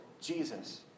Jesus